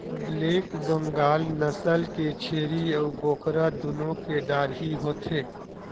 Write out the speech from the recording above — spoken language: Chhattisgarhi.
ब्लैक बंगाल नसल के छेरी अउ बोकरा दुनो के डाढ़ही होथे